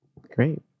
Great